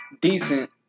decent